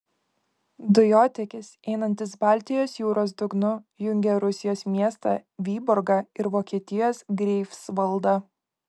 dujotiekis einantis baltijos jūros dugnu jungia rusijos miestą vyborgą ir vokietijos greifsvaldą